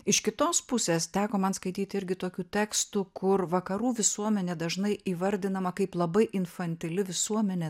iš kitos pusės teko man skaityti irgi tokių tekstų kur vakarų visuomenė dažnai įvardinama kaip labai infantili visuomenė